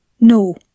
No